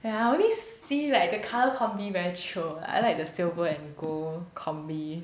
ya I only see like the colour combi very chio I like the silver and gold combi